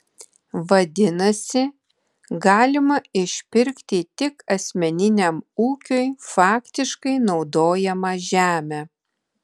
vadinasi galima išpirkti tik asmeniniam ūkiui faktiškai naudojamą žemę